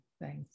thanks